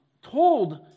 told